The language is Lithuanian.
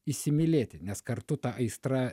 įsimylėti nes kartu ta aistra